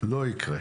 לא יקרה.